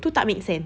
itu tak make sense